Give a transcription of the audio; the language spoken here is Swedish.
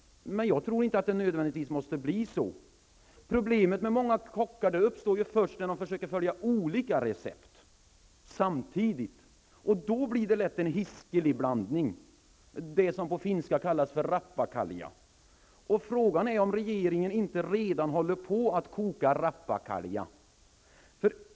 Men jag tror inte att det nödvändigtvis behöver bli så. Problemet med många kockar uppstår ju först när man samtidigt försöker följa olika recept. Då blir det lätt en hiskelig blandning, det som på finska kallas rappakalja. Frågan är om inte regeringen redan håller på att koka rappakalja.